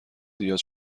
زیاد